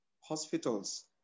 hospitals